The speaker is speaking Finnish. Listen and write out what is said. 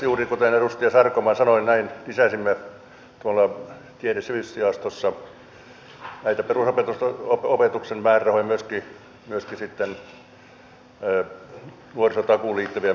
juuri kuten edustaja sarkomaa sanoi näin lisäsimme tiede ja sivistysjaostossa perusopetuksen määrärahoja myöskin nuorisotakuuseen liittyviä määrärahoja